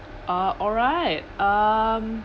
uh alright um